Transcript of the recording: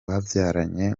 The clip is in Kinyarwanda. babyaranye